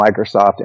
Microsoft